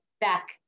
back